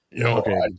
Okay